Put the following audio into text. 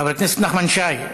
חבר הכנסת נחמן שי,